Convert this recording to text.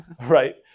right